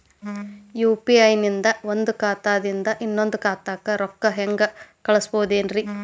UPI ನಿಂದ ಒಂದ್ ಖಾತಾದಿಂದ ಇನ್ನೊಂದು ಖಾತಾಕ್ಕ ರೊಕ್ಕ ಹೆಂಗ್ ಕಳಸ್ಬೋದೇನ್ರಿ?